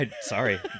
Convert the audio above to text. sorry